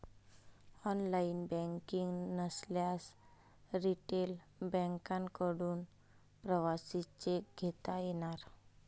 online banking नसल्यास retail बँकांकडून प्रवासी चेक घेता येणार